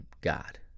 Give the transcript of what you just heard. God